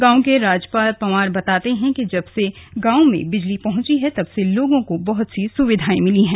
गांव के राजपाल पंवार बताते हैं कि जब से गांव में बिजली पहुंची है तब से लोगों को बहुत सी सुविधांए मिली हैं